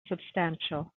substantial